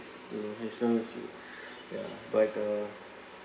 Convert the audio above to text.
you know as long as you ya but uh